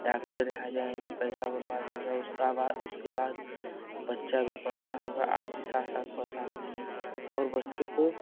doctor यहाँ जाएँगे पैसा बर्बाद होगा उसका बाद उसके बाद बच्चा भी परेशान होगा आप भी साथ साथ परेशान होंगी और बच्चों को